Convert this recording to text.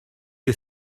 you